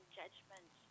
judgment